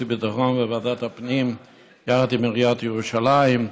והביטחון וועדת הפנים יחד עם עיריית ירושלים.